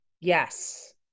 Yes